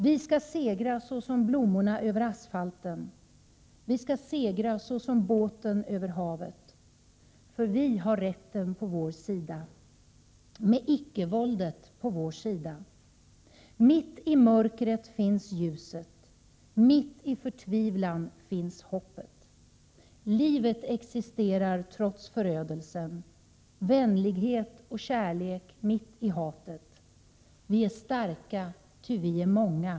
Vi ska segra såsom blomman över asfalten. Vi ska segra såsom båten över havet. För vi har rätten på vår sida. Med ickevåldet på vår sida. Mitt i mörkret finns ljuset. Mitt i förtvivlan finns hoppet. Livet existerar trots förödelsen. Vänlighet och kärlek mitt i hatet. Vi är starka ty vi är många.